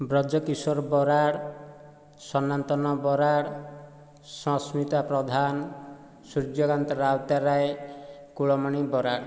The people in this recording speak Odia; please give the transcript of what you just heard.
ବ୍ରଜକିଶୋର ବରାଡ଼ ସନାତନ ବରାଡ଼ ସସ୍ମିତା ପ୍ରଧାନ ସୂର୍ଯ୍ୟକାନ୍ତ ରାଉତରାୟ କୁଳମଣି ବରାଡ଼